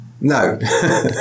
No